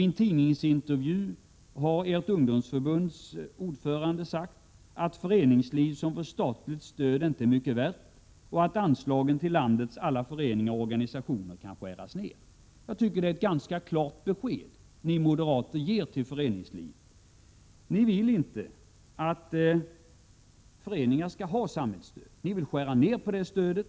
I en tidningsintervju har ert ungdomsförbunds ordförande sagt att föreningsliv som får statligt stöd inte är mycket värt och att anslaget till landets alla föreningar och organisationer kan skäras ned. Jag tycker att det är ett ganska klart besked ni moderater ger till föreningslivet. Ni vill inte att föreningar skall ha samhällsstöd, ni vill i varje fall skära ned på det stödet.